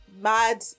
mad